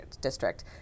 district